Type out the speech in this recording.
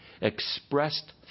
expressed